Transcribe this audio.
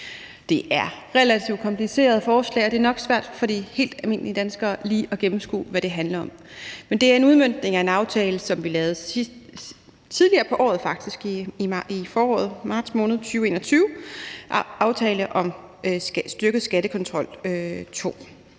Det er et relativt kompliceret forslag, og det er nok svært for helt almindelige danskere lige at gennemskue, hvad det handler om. Men det er en udmøntning af en aftale, som vi lavede tidligere på året, faktisk i marts måned i foråret 2021, nemlig aftalen »En styrket skattekontrol –